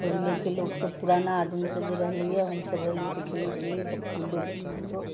पहिलेके लोक सभ पुराना आदमी सभ जे रहलैया हम सभ अयली तऽ खेलैत रहली बकढिल्लो बकढिल्लो